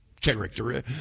character